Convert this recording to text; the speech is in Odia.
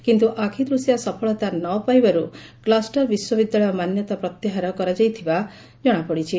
କିନ୍ତୁ ଆଖୁଦଶିଆ ସଫଳତା ନ ପାଇବାରୁ କ୍ଲଷ୍ଟର ବିଶ୍ୱବିଦ୍ୟାଳୟ ମାନ୍ୟତା ପ୍ରତ୍ୟାହାର କରାଯାଇଥିବା ଜଶାପଡ଼ିଛି